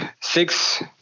six